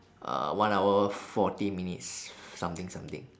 uh one hour forty minutes something something